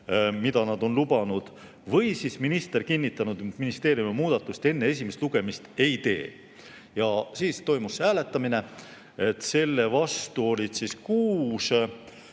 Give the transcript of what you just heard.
mida nad on lubanud, või siis minister on kinnitanud, et ministeerium muudatust enne esimest lugemist ei tee. Ja siis toimus hääletamine. Selle vastu oli 6: Aadu